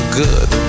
good